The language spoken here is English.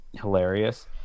hilarious